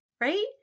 right